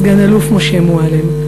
סגן-אלוף משה מועלם,